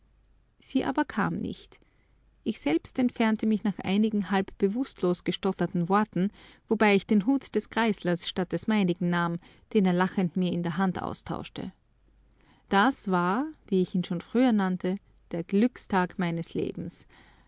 sie aber kam nicht ich selbst entfernte mich nach einigen halb bewußtlos gestotterten worten wobei ich den hut des grieslers statt des meinigen nahm den er lachend mir in der hand austauschte das war wie ich ihn schon früher nannte der glückstag meines lebens